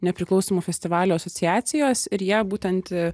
nepriklausomų festivalių asociacijos ir jie būtent